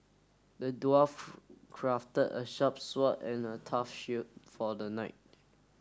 the dwarf crafted a sharp sword and a tough shield for the knight